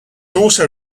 also